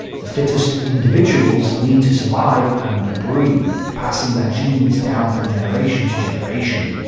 the fittest individuals need to survive and breed, passing their genes down from generation to generation.